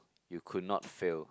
you could not fail